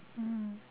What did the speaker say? mm